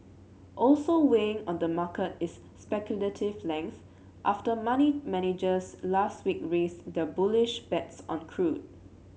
also weighing on the market is speculative length after money managers last week raised their bullish bets on crude